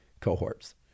cohorts